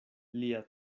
lia